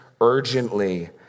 urgently